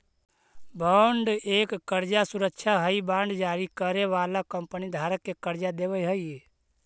bond एक कर्जा सुरक्षा हई बांड जारी करे वाला कंपनी धारक के कर्जा देवऽ हई